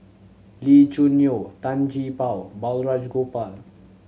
Lee Choo Neo Tan Gee Paw Balraj Gopal